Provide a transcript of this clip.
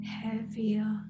heavier